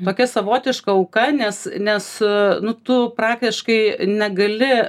tokia savotiška auka nes nes nu tu praktiškai negali